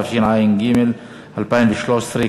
התשע"ג 2013,